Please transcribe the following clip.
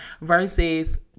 versus